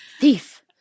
Thief